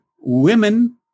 women